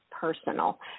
personal